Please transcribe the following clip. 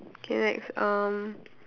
okay next um